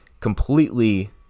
completely